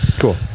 cool